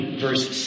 verse